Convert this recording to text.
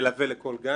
מלווה לכל גן,